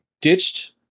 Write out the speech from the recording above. ditched